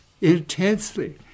intensely